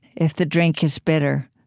if the drink is bitter,